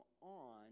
on